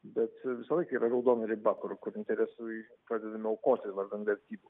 bet visą laiką yra raudona riba kur kur interesai pradedami aukoti vardan vertybių